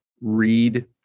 read